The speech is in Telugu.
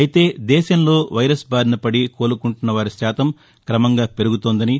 అయితే దేశంలో వైరస్ బారినపడి కోలుకుంటున్న వారిశాతం క్రమంగా పెరుగుతోందని